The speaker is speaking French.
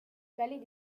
palais